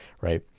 right